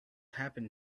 happen